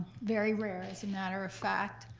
very rare, as a matter of fact.